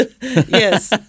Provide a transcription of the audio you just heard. Yes